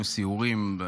אתמול עשינו סיורים,